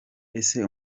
ese